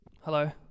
Hello